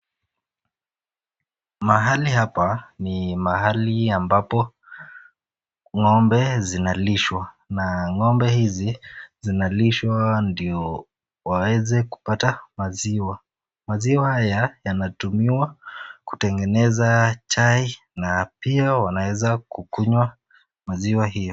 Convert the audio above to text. Mahali hapa ni mahali ambapo ng'ombe zinalishwa na ng'ombe hizi zinalishwa ndio waweze kupata maziwa. Maziwa haya yanatumiwa kutegeneza chai na pia wanaeza kukunywa maziwa hio.